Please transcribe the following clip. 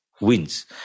wins